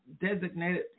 designated